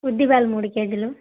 ఉద్ది బేడలు మూడు కేజీలు